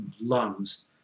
lungs